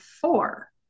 four